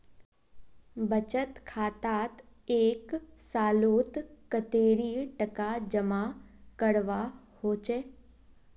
बचत खातात एक सालोत कतेरी टका जमा करवा होचए?